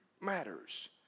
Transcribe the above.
matters